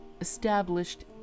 established